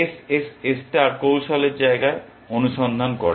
SSS star কৌশলের জায়গায় অনুসন্ধান করে